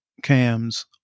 cams